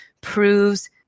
proves